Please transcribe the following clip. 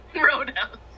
Roadhouse